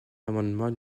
l’amendement